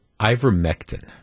ivermectin